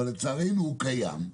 אבל לצערנו הוא קיים,